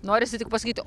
norisi tik pasakyt